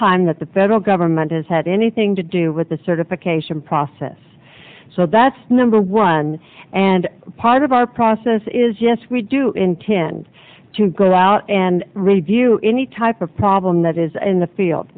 time that the federal government has had anything to do with the certification process so that's number one and part of our process is yes we do intend to go out and review any type of problem that is in the field